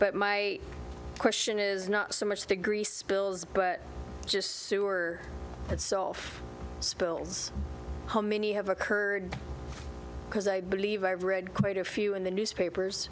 but my question is not so much to grease spills but just sewer itself spills khomeini have occurred because i believe i've read quite a few in the newspapers